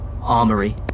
Armory